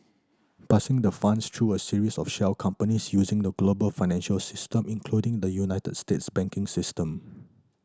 passing the funds through a series of shell companies using the global financial system including the United States banking system